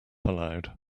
aloud